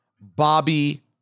Bobby